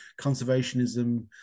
conservationism